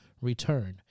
return